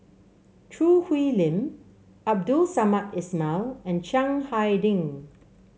Choo Hwee Lim Abdul Samad Ismail and Chiang Hai Ding